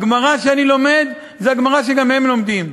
הגמרא שאני לומד היא הגמרא שגם הם לומדים,